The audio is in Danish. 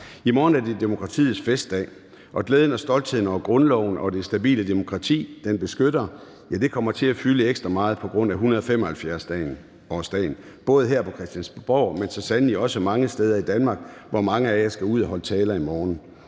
I morgen er det demokratiets festdag, og glæden og stoltheden over grundloven og det stabile demokrati, den beskytter, kommer til at fylde ekstra meget på grund af 175-årsdagen, både her på Christiansborg, men så sandelig også mange steder i Danmark, hvor mange af jer skal ud at holde taler i morgen.